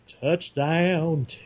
Touchdown